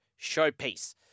showpiece